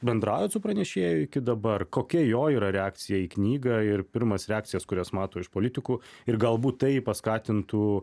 bendraujat su pranešėju iki dabar kokia jo yra reakcija į knygą ir pirmas reakcijas kurias mato iš politikų ir galbūt tai paskatintų